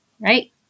right